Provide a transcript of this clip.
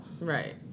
Right